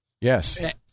yes